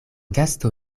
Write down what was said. gasto